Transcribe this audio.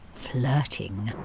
flirting.